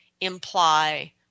imply